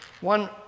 One